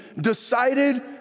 decided